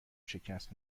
شکست